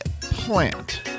plant